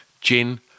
gin